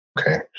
Okay